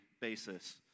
basis